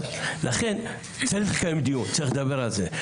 לכן צריך לקיים דיון, צריך לדבר על זה.